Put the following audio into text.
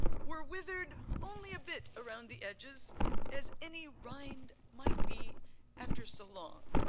were withered only a bit around the edges as any rind might be after so long.